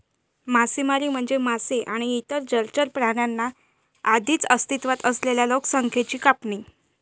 मासेमारी म्हणजे मासे आणि इतर जलचर प्राण्यांच्या आधीच अस्तित्वात असलेल्या लोकसंख्येची कापणी